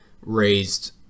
raised